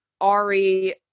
Ari